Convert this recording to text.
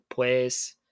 pues